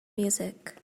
music